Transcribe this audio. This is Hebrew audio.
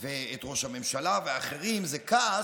ואת ראש הממשלה ואחרים זה כעס,